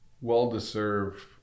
well-deserved